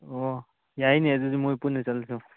ꯑꯣ ꯌꯥꯏꯅꯦ ꯑꯗꯨꯗꯤ ꯃꯣꯏꯒ ꯄꯨꯟꯅ ꯆꯠꯂꯁꯨ